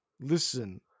listen